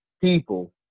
people